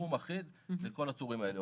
סכום אחיד לכל הטורים האלה.